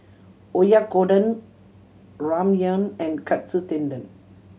Oyakodon Ramyeon and Katsu Tendon